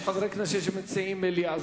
יש חברי כנסת שמציעים מליאה.